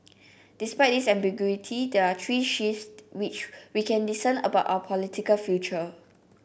despite this ambiguity there are three shifts which we can discern about our political future